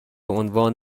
عنوان